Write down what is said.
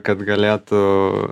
kad galėtų